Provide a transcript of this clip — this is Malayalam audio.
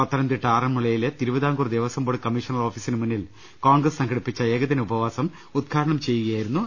പത്തനംതിട്ട ആറന്മുളയിലെ Travancore Devaswom board commissioner ഓഫീസിന് മുന്നിൽ കോൺഗ്രസ് സംഘടിപ്പിച്ച ഏകദിന ഉപവാസം ഉദ്ഘാ ടനം ചെയ്യുകയായിരുന്നു അദ്ദേഹം